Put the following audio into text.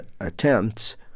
attempts